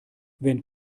wenn